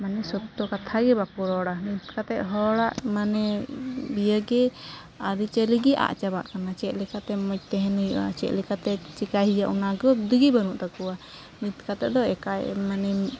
ᱢᱟᱱᱮ ᱥᱚᱛᱛᱚ ᱠᱟᱛᱷᱟᱜᱮ ᱵᱟᱠᱚ ᱨᱚᱲᱟ ᱱᱤᱛ ᱠᱟᱛᱮᱫ ᱦᱚᱲᱟᱜ ᱢᱟᱱᱮ ᱤᱭᱟᱹᱜᱮ ᱟᱹᱨᱤᱪᱟᱹᱞᱤᱜᱮ ᱟᱫ ᱪᱟᱵᱟᱜ ᱠᱟᱱᱟ ᱪᱮᱫᱞᱮᱠᱟᱛᱮ ᱢᱚᱡᱽ ᱛᱮᱦᱮᱱ ᱦᱩᱭᱩᱜᱼᱟ ᱪᱮᱫᱞᱮᱠᱟᱛᱮ ᱪᱮᱠᱟᱭ ᱦᱩᱭᱩᱜᱼᱟ ᱚᱱᱟ ᱜᱩᱵᱽᱫᱤᱜᱮ ᱵᱟᱹᱱᱩᱜ ᱛᱟᱠᱚᱣᱟ ᱱᱤᱛ ᱠᱟᱛᱮᱫ ᱫᱚ ᱮᱠᱟᱭ ᱢᱟᱱᱮ